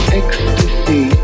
ecstasy